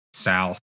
south